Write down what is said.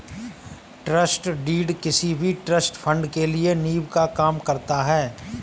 trust deed किसी भी trust fund के लिए नीव का काम करता है